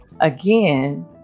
again